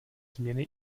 změny